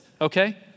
Okay